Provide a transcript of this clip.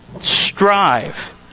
Strive